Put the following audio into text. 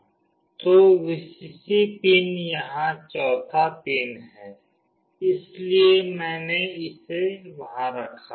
तो Vcc pin यहाँ चौथा पिन है इसलिए मैंने इसे वहाँ रखा